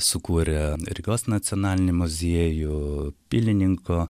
sukūrę rygos nacionalinį muziejų pilininko